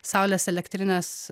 saulės elektrinės